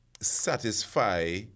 satisfy